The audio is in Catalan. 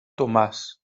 tomàs